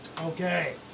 Okay